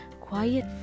quiet